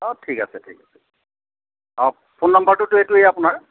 অঁ ঠিক আছে ঠিক আছে অঁ ফোন নাম্বাৰটোতো এইটোৱে আপোনাৰ